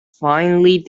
finely